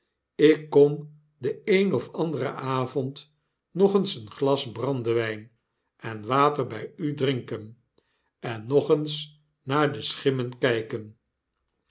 ik kom den een of anderen avond nog eens een glas brandewyn en water by u drinken en nog eens naar de schimmen kyken